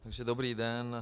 Takže dobrý den.